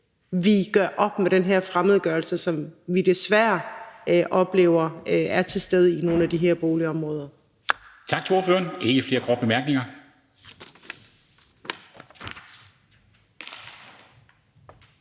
vi gør op med den her fremmedgørelse, som vi desværre oplever er til stede i nogle af de her boligområder.